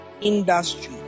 industry